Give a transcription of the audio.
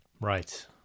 Right